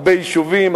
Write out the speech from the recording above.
הרבה יישובים,